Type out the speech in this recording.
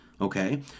okay